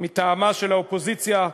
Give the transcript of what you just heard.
מטעמה של האופוזיציה,